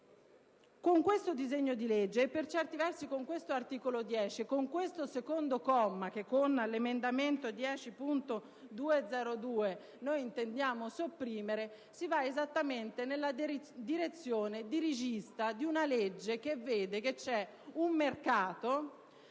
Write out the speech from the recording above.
Con questo disegno di legge e, in particolare, con l'articolo 10 e il suo secondo comma, che con l'emendamento 10.202 intendiamo sopprimere, si va esattamente nella direzione dirigistica di una legge che muove da un mercato